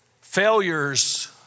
failures